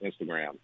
Instagram